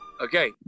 Okay